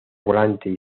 volante